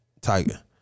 Tiger